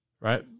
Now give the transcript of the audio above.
right